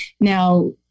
Now